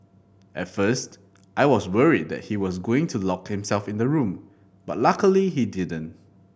at first I was worried that he was going to lock himself in the room but luckily he didn't